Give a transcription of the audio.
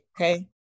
okay